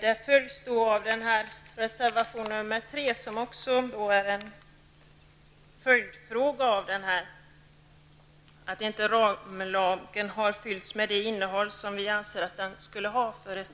Den följs av reservation nr 3, som avgifits bl.a. till följd av att ramlagen inte har fyllts med det innehåll som vi anser att den skulle ha för att